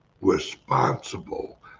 responsible